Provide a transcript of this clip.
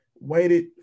waited